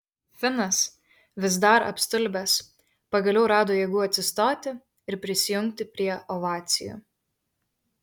finas vis dar apstulbęs pagaliau rado jėgų atsistoti ir prisijungti prie ovacijų